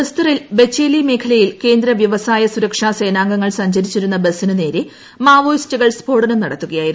ബസ്തറിൽ ബച്ചേലി മേഖലയിൽ കേന്ദ്ര വൃവസായ സുരക്ഷാ സേനാംഗങ്ങൾ സഞ്ചരിച്ചിരുന്ന ബസ്സിന് നേരെ മാവോയിസ്റ്റുകൾ സ്ഫോടനം നടത്തുകയായിരുന്നു